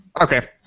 Okay